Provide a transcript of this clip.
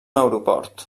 aeroport